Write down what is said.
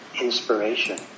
inspiration